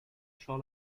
shall